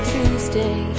Tuesday